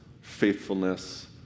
faithfulness